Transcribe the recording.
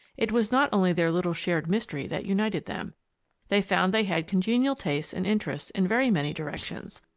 it was not only their little shared mystery that united them they found they had congenial tastes and interests in very many directions,